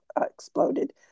exploded